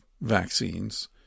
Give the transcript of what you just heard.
vaccines